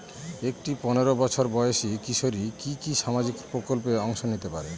একটি পোনেরো বছর বয়সি কিশোরী কি কি সামাজিক প্রকল্পে অংশ নিতে পারে?